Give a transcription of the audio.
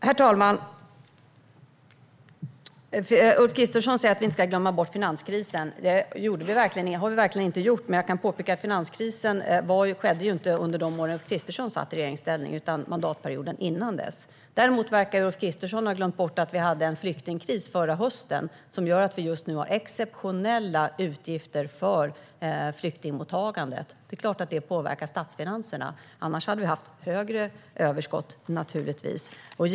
Herr talman! Ulf Kristersson säger att vi inte ska glömma bort finanskrisen. Det har vi verkligen inte gjort, men jag kan påpeka att finanskrisen inte skedde under de år Ulf Kristersson satt i regeringsställning utan mandatperioden innan dess. Däremot verkar Ulf Kristersson ha glömt bort att vi hade en flyktingkris förra hösten som gör att vi just nu har exceptionella utgifter för flyktingmottagandet. Det är klart att det påverkar statsfinanserna, annars hade vi naturligtvis haft ett högre överskott.